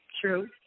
True